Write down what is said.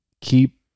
keep